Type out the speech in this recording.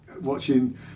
watching